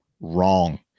Wrong